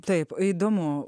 taip įdomu